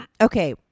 Okay